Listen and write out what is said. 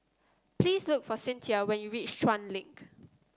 please look for Cynthia when you reach Chuan Link